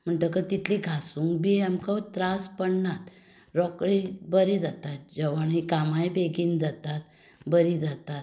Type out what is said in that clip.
म्हणटकच तितली घांसूंक बी आमकां त्रास पडना रोखडी बरी जाता जेवणूय कामांय बी बेगीन जाता बरी जातात